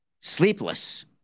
sleepless